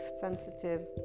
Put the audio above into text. sensitive